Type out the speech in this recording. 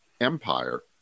empire